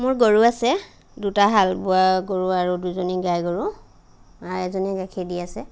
মোৰ গৰু আছে দুটা হাল বোৱা গৰু আৰু দুজনী গাই গৰু এজনীয়ে গাখীৰ দি আছে